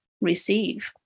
receive